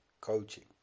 coaching